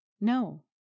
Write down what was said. No